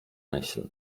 myśl